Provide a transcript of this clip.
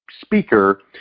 speaker